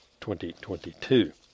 2022